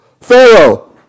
Pharaoh